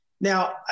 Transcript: Now